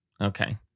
Okay